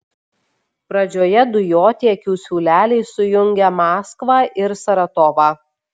pradžioje dujotiekių siūleliai sujungia maskvą ir saratovą